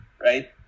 right